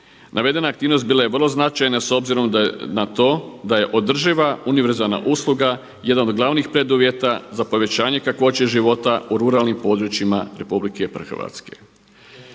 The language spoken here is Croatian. Navedena aktivnost bila je vrlo značajna s obzirom na to da je održiva univerzalna usluga jedan od glavnih preduvjeta za povećanje kakvoće života u ruralnim područjima RH. Naglasak